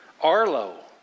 Arlo